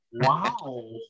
Wow